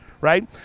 right